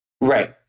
Right